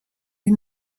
die